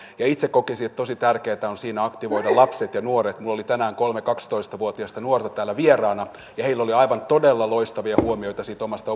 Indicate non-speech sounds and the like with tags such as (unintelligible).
itse kokisin että tosi tärkeätä on siinä aktivoida lapset ja nuoret minulla oli tänään kolme kaksitoista vuotiasta nuorta täällä vieraana ja heillä oli aivan todella loistavia huomioita siitä omasta (unintelligible)